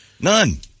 None